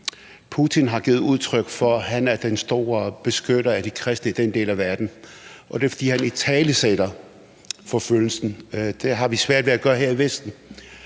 Putin har givet udtryk for, at han er den store beskytter af de kristne i den del af verden, og det er, fordi han italesætter forfølgelsen. Det har vi svært ved at gøre her i Vesten.